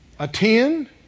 Attend